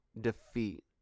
defeat